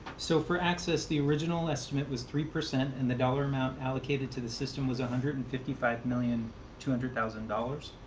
so for access, the original estimate was three percent and the dollar amount allocated to the system was one hundred and fifty five million two hundred thousand dollars.